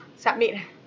submit ah